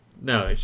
No